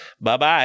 Bye-bye